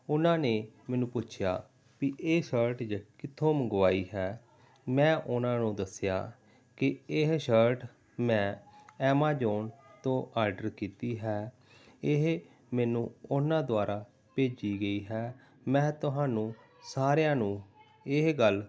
ਉਨਾਂ ਨੇ ਮੈਨੂੰ ਪੁੱਛਿਆ ਵੀ ਇਹ ਸ਼ਰਟ ਕਿੱਥੋਂ ਮੰਗਵਾਈ ਹੈ ਮੈਂ ਉਹਨਾਂ ਨੂੰ ਦੱਸਿਆ ਕਿ ਇਹ ਸ਼ਰਟ ਮੈਂ ਐਮਾਜੋਨ ਤੋਂ ਆਰਡਰ ਕੀਤੀ ਹੈ ਇਹ ਮੈਨੂੰ ਉਹਨਾਂ ਦੁਆਰਾ ਭੇਜੀ ਗਈ ਹੈ ਮੈਂ ਤੁਹਾਨੂੰ ਸਾਰਿਆਂ ਨੂੰ ਇਹ ਗੱਲ